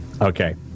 Okay